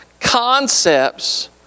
concepts